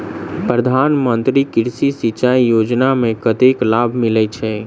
प्रधान मंत्री कृषि सिंचाई योजना मे कतेक लाभ मिलय छै?